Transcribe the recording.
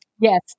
Yes